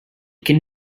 can